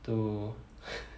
to